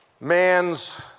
man's